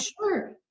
sure